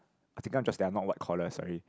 or taking up jobs that are not white collar sorry